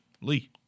Lee